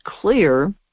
clear